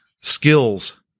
skills